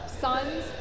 son's